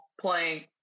playing